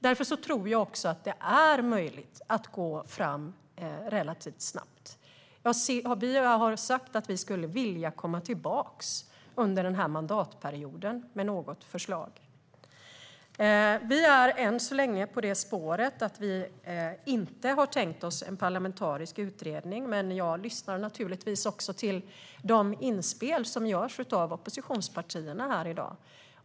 Därför tror jag att det är möjligt att gå fram relativt snabbt. Vi har sagt att vi skulle vilja komma tillbaka med något förslag under den här mandatperioden. Vi är än så länge på det spåret att vi inte har tänkt oss en parlamentarisk utredning, men jag lyssnar naturligtvis till de inspel som görs av oppositionspartierna här i dag.